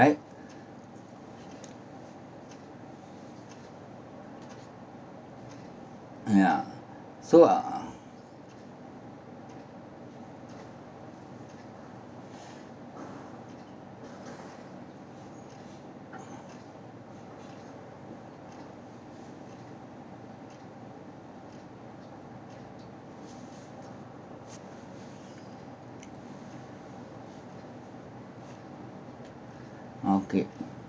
right yeah so uh uh okay